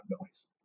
noise